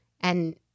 and-